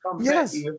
Yes